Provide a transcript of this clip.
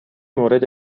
مورد